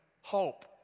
hope